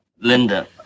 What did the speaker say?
Linda